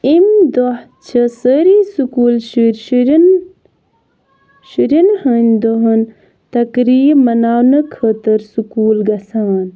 أمۍ دۄہ چھِ سٲری سکوٗل شُرۍ شُرٮ۪ن شُرٮ۪ن ہٕنٛدۍ دۄہَن تقریٖب مناونہٕ خٲطٕر سکوٗل گژھان